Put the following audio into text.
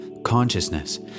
consciousness